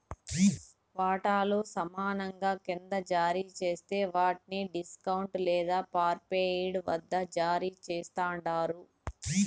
వాటాలు సమానంగా కింద జారీ జేస్తే వాట్ని డిస్కౌంట్ లేదా పార్ట్పెయిడ్ వద్ద జారీ చేస్తండారు